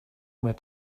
were